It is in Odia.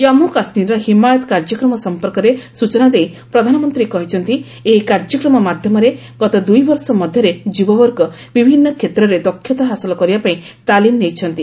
କାମ୍ମୁ କାଶ୍ମୀରର ହିମାୟତ କାର୍ଯ୍ୟକ୍ରମ ସମ୍ପର୍କରେ ସୂଚନାଦେଇ ପ୍ରଧାନମନ୍ତ୍ରୀ କହିଛନ୍ତି ଏହି କାର୍ଯ୍ୟକ୍ରମ ମାଧ୍ୟମରେ ଗତ ଦୁଇବର୍ଷ ମଧ୍ୟରେ ଯୁବାବର୍ଗ ବିଭିନ୍ନ କ୍ଷେତ୍ରରେ ଦକ୍ଷତା ହାସଲ କରିବା ପାଇଁ ତାଲିମ ନେଇଛନ୍ତି